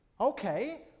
Okay